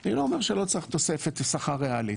אני לא אומר שלא צריך תוספת שכר ריאלית.